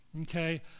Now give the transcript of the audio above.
okay